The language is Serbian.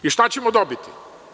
I, šta ćemo dobiti?